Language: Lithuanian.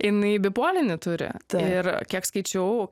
jinai bipolinį turi ir kiek skaičiau